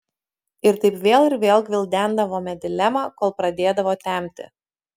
ir taip vėl ir vėl gvildendavome dilemą kol pradėdavo temti